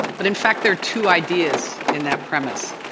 but in fact there are two ideas in that premise,